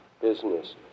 business